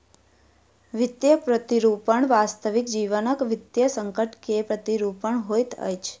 वित्तीय प्रतिरूपण वास्तविक जीवनक वित्तीय संकट के प्रतिरूपण होइत अछि